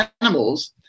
animals